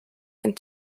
and